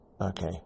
Okay